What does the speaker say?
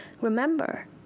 remember